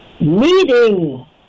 meeting